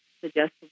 suggest